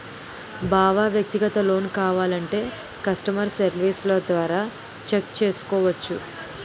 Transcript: బావా వ్యక్తిగత లోన్ కావాలంటే కష్టమర్ సెర్వీస్ల ద్వారా చెక్ చేసుకోవచ్చు